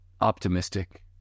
optimistic